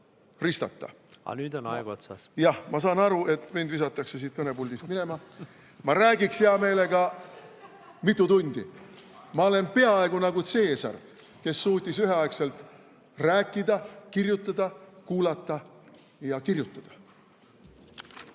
ma saan aru, et mind visatakse siit kõnepuldist minema. Ma räägiksin hea meelega mitu tundi. Ma olen peaaegu nagu Caesar, kes suutis üheaegselt rääkida, kirjutada ja kuulata.